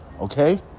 okay